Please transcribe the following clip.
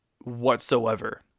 whatsoever